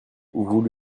vous